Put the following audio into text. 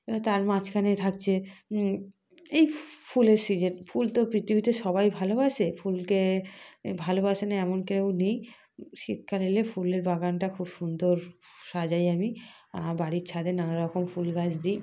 এবার তার মাছখানে থাকছে এই ফুলের সিজিন ফুল তো পৃথিবীতে সবাই ভালোবাসে ফুলকে ভালোবাসে না এমন কেউ নেই শীতকাল এলে ফুলের বাগানটা খুব সুন্দর সাজাই আমি আর বাড়ির ছাদে নানা রকম ফুল গাছ দিই